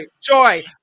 joy